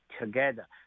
together